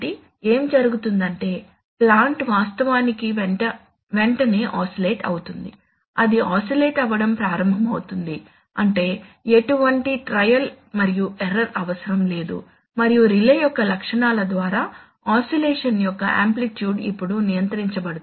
కాబట్టి ఏమి జరుగుతుందంటే ప్లాంట్ వాస్తవానికి వెంటనే ఆసిలేట్ అవుతుంది అది ఆసిలేట్ అవడం ప్రారంభమవుతుంది అంటే ఎటువంటి ట్రయల్ మరియు ఎర్రర్ అవసరం లేదు మరియు రిలే యొక్క లక్షణాల ద్వారా ఆసిలేషన్ యొక్క ఆంప్లిట్యూడ్ ఇప్పుడు నియంత్రించబడుతుంది